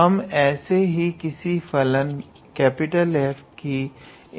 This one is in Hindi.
हम ऐसे ही किसी भी फलन F की